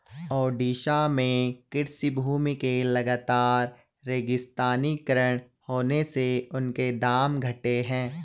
ओडिशा में कृषि भूमि के लगातर रेगिस्तानीकरण होने से उनके दाम घटे हैं